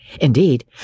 Indeed